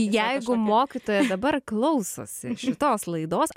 jeigu mokytojas dabar klausosi šitos laidos